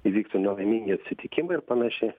įvyktų nelaimingi atsitikimai ir panašiai